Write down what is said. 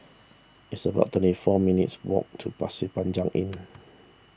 it's about twenty four minutes' walk to Pasir Panjang Inn